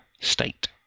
state